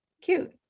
cute